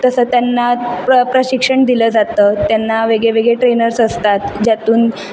तसं त्यांना प्र प्रशिक्षण दिलं जातं त्यांना वेगळेवेगळे ट्रेनर्स असतात ज्यातून